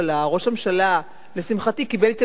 ראש הממשלה לשמחתי קיבל את עמדתי,